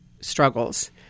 struggles